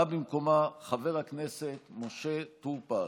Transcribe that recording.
בא במקומה חבר הכנסת משה טור פז.